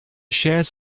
shares